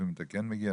לפעמים אתה כן מגיע,